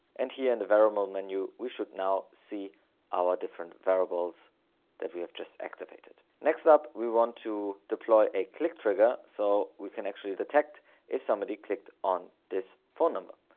and here in the variable menu, we should now see our different variables that we have just activated. next up, we want to deploy a click trigger. so we can actually detect if somebody clicked on this phone number.